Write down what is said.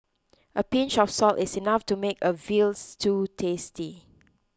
a pinch of salt is enough to make a Veal Stew tasty